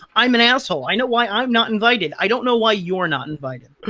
i'm an and sshole, i know why i'm not invited. i don't know why you're not invited.